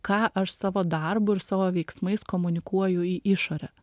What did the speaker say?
ką aš savo darbu ir savo veiksmais komunikuoju į išorę